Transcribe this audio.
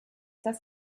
das